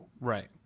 Right